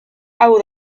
hau